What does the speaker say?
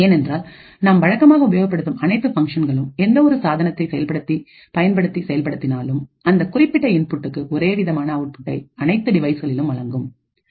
ஏனென்றால் நாம் வழக்கமாக உபயோகப்படுத்தும் அனைத்து ஃபங்ஷன்களும் எந்த ஒரு சாதனத்தை பயன்படுத்தி செயல்படுத்தினாலும் அந்த குறிப்பிட்ட இன்புட்க்கு ஒரே விதமான அவுட்புட்டை அனைத்து டிவைஸ்களிலும் வழங்குகின்றது